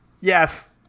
Yes